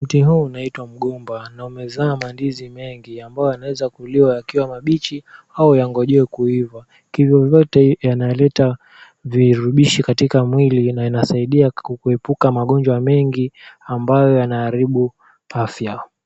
Mti huu unaitwa mgomba na umezaa mandizi mengi ambayo yanaweza kuliwa yakiwa mabichi au yangojewe kuiva. Kivyovyote yanaleta virudishi katika mwili na inasaidia kuepuka magonjwa mengi ambayo yanaharibu afya.